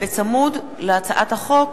צמוד להצעת החוק